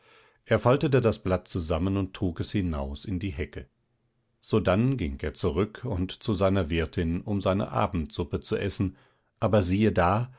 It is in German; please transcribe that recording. er faltete das blatt zusammen und trug es hinaus in die hecke sodann ging er zurück und zu seiner wirtin um seine abendsuppe zu essen aber siehe da